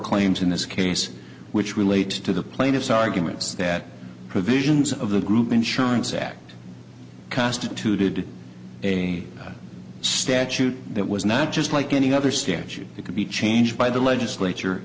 claim aims in this case which relate to the plaintiff's arguments that provisions of the group insurance act constituted a statute that was not just like any other stagey it could be changed by the legislature